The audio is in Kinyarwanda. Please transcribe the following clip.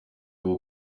bwo